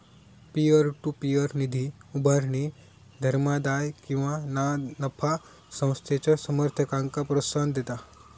peer to peer निधी उभारणी धर्मादाय किंवा ना नफा संस्थेच्या समर्थकांक प्रोत्साहन देता